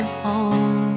home